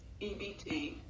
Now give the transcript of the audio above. EBT